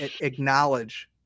acknowledge –